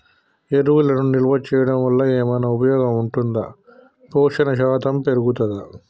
ఎరువులను నిల్వ చేయడం వల్ల ఏమైనా ఉపయోగం ఉంటుందా పోషణ శాతం పెరుగుతదా?